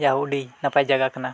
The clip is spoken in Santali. ᱡᱟᱣ ᱩᱰᱤ ᱱᱟᱯᱟᱭ ᱡᱟᱭᱜᱟ ᱠᱚᱱᱟ